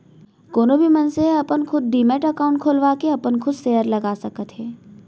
कोनो भी मनसे ह अपन खुद डीमैट अकाउंड खोलवाके अपन खुद सेयर लगा सकत हे